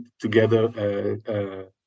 together